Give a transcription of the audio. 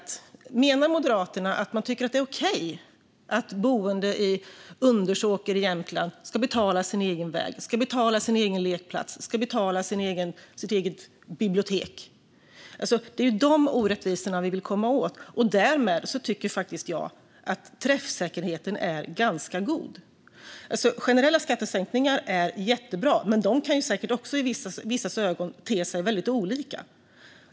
Tycker Moderaterna att det är okej att boende i Undersåker i Jämtland ska betala sin egen väg, sin egen lekplats och sitt eget bibliotek? Det är ju de orättvisorna vi vill komma åt. Därmed tycker jag faktiskt att träffsäkerheten är ganska god. Generella skattesänkningar är jättebra, men de kan säkert i vissas ögon te sig väldigt olika.